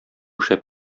шәп